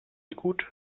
gut